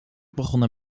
begonnen